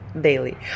daily